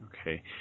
okay